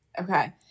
okay